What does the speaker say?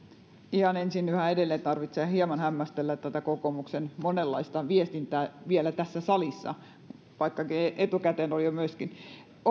ihan ensin yhä edelleen tarvitsee hieman hämmästellä tätä kokoomuksen monenlaista viestintää vielä tässä salissa jota etukäteen oli jo myöskin